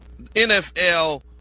NFL